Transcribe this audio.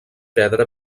pedra